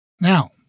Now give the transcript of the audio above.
now